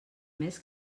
més